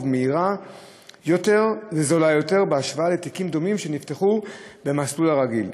מהירה יותר וזולה יותר בהשוואה לתיקים דומים שנפתחו במסלול הרגיל.